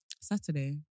Saturday